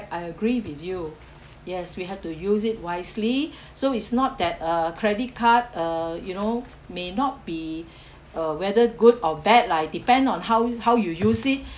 I agree with you yes we have to use it wisely so it's not that uh credit card uh you know may not be uh whether good or bad lah it depend on how how you use it